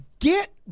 get